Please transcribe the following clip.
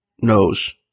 knows